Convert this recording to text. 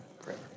forever